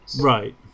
right